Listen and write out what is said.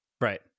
Right